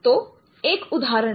तो एक उदाहरण है